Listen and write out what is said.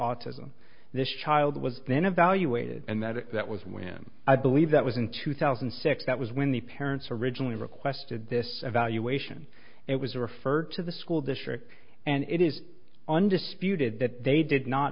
autism this child was then evaluated and that it that was when i believe that was in two thousand and six that was when the parents originally requested this evaluation it was referred to the school district and it is undisputed that they did not